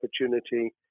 opportunity